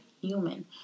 human